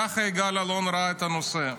ככה יגאל אלון ראה את הנושא.